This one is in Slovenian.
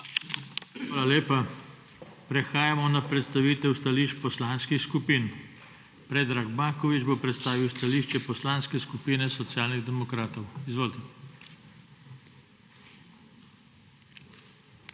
Hvala lepa. Prehajamo na predstavitev stališč poslanskih skupin. Predrag Baković bo predstavil stališče Poslanske skupine Socialnih demokratov. Izvolite. **PREDRAG